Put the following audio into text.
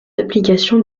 d’application